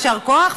יישר כוח,